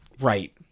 Right